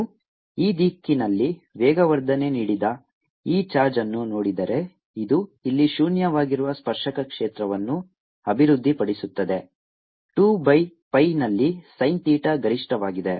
ನಾನು ಈ ದಿಕ್ಕಿನಲ್ಲಿ ವೇಗವರ್ಧನೆ ನೀಡಿದ ಈ ಚಾರ್ಜ್ ಅನ್ನು ನೋಡಿದರೆ ಇದು ಇಲ್ಲಿ ಶೂನ್ಯವಾಗಿರುವ ಸ್ಪರ್ಶಕ ಕ್ಷೇತ್ರವನ್ನು ಅಭಿವೃದ್ಧಿಪಡಿಸುತ್ತದೆ 2 ಬೈ pi ನಲ್ಲಿ sin ಥೀಟಾ ಗರಿಷ್ಠವಾಗಿದೆ